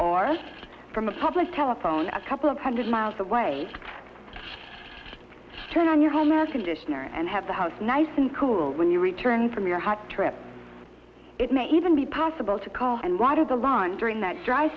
or from a public telephone a couple of hundred miles away turn on your home conditioner and have the house nice and cool when you return from your hot trip it may even be possible to call and water the lawn during that dry